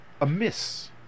amiss